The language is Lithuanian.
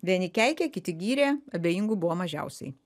vieni keikė kiti gyrė abejingų buvo mažiausiai